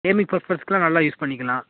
gaming பர்பஸ்க்குலாம் நல்லா use பண்ணிக்கலாம்